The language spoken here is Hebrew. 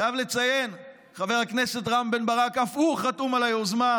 חייב לציין שחבר הכנסת רם בן ברק אף הוא חתום על היוזמה,